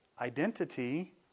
identity